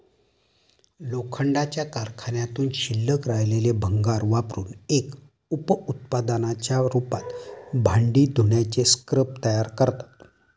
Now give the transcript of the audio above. लोखंडाच्या कारखान्यातून शिल्लक राहिलेले भंगार वापरुन एक उप उत्पादनाच्या रूपात भांडी धुण्याचे स्क्रब तयार करतात